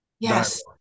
Yes